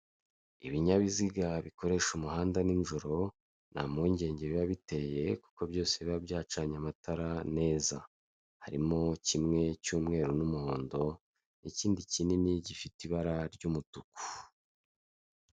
Ibinyabiziga bikoresha umuhanda nijoro nta mpungenge biba biteye kuko byose biba byacanye amatara neza, harimo kimwe cy'umweru n'umuhondo n'ikindidi kinini gifite ibara ry'umutuku.